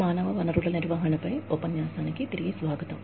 మానవ వనరుల నిర్వహణపై ఉపన్యాసానికి తిరిగి స్వాగతం